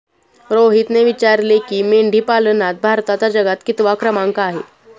रोहितने विचारले की, मेंढीपालनात भारताचा जगात कितवा क्रमांक आहे?